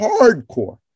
Hardcore